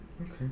okay